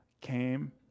came